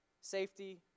safety